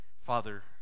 Father